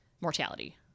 mortality